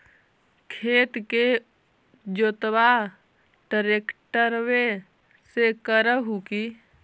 खेत के जोतबा ट्रकटर्बे से कर हू की?